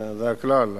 זה הכלל,